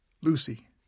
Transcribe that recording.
LUCY